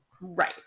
Right